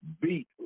beat